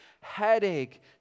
headache